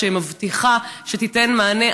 שמבטיחה שתיתן מענה,